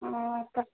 ओ तऽ